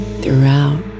throughout